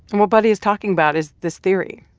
and what buddy's talking about is this theory,